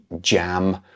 jam